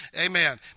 Amen